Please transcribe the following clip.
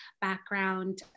background